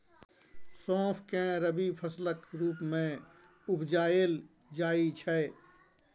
सौंफ केँ रबी फसलक रुप मे उपजाएल जाइ छै